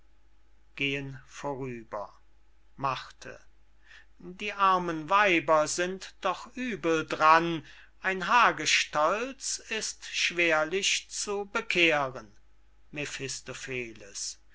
die armen weiber sind doch übel dran ein hagestolz ist schwerlich zu bekehren